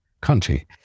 country